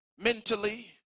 mentally